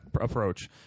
approach